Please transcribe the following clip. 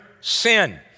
sin